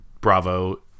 bravo